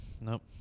Nope